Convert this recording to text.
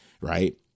Right